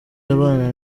abana